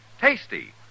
Tasty